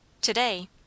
Today—